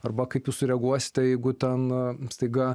arba kaip jūs sureaguosite jeigu ten staiga